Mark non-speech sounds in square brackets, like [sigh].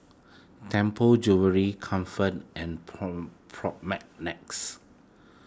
Temple Jewellery Comfort and [unintelligible]